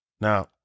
Now